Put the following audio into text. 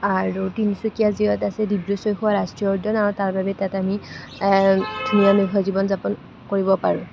আৰু তিনিচুকীয়া জিলাত আছে ডিব্ৰু চৈখোৱা ৰাষ্ট্ৰীয় উদ্যান আৰু তাৰ বাবে তাত আমি নৈশ জীৱন যাপন কৰিব পাৰোঁ